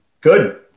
good